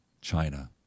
China